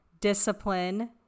Discipline